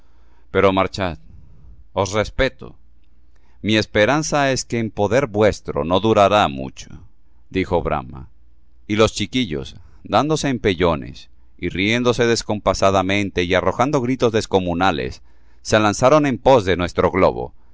pero marchar os repito mi esperanza es que en poder vuestro no durará mucho dijo brahma y los chiquillos dándose empellones y riéndose descompasadamente y arrojando gritos descomunales se lanzaron en pos de nuestro globo